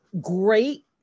great